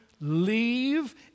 leave